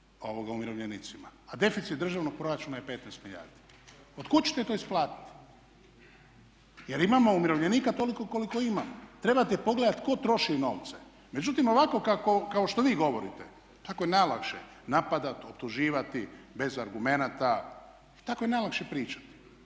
umirovljenicima? A deficit državnog proračuna je 15 milijardi. Od kud ćete to isplatiti? Jer imamo umirovljenika toliko koliko imamo. Trebate pogledati tko troši novce. Međutim, ovako kao što vi govorite tako je najlakše napadati, optuživati bez argumenata i tako je najlakše pričati.